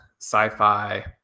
sci-fi